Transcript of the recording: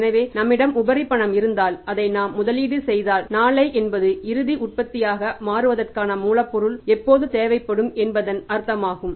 எனவே நம்மிடம் உபரி பணம் இருந்தால் அதை நாம் முதலீடு செய்தால் நாளை என்பது இறுதி உற்பத்தியாக மாற்றுவதற்கான மூலப்பொருள் எப்போது தேவைப்படும் என்பதன் அர்த்தமாகும்